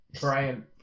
Brian